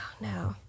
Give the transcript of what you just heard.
no